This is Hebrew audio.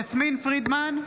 יסמין פרידמן,